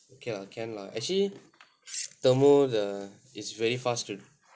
okay lah can lah actually thermo the is very fast to